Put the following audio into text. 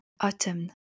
autumn